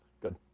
Good